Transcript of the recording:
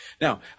Now